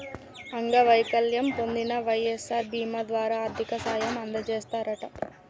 అంగవైకల్యం పొందిన వై.ఎస్.ఆర్ బీమా ద్వారా ఆర్థిక సాయం అందజేస్తారట